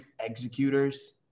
executors